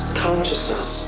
consciousness